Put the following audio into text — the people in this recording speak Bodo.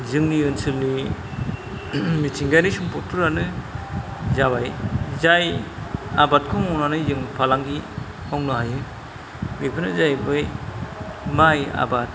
जोंनि ओनसोलनि मिथिंगायारि सम्पदफोरानो जाबाय जाय आबादखौ मावनानै जों फालांगि मावनो हायो बेफोरनो जाहैबाय माइ आबाद